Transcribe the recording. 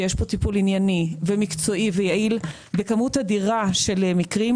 יש פה טיפול ענייני ומקצועי ויעיל בכמות אדירה של מקרים